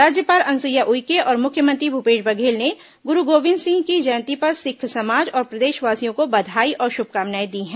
राज्यपाल अनुसुईया उइके और मुख्यमंत्री भूपेश बघेल ने गुरू गोविंद सिंह की जयंती पर सिख समाज और प्रदेशवासियों को बधाई और शुभकामनाएं दी हैं